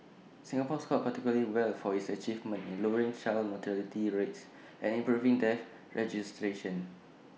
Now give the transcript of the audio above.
Singapore scored particularly well for its achievements in lowering child mortality rates and improving death registration